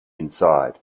inside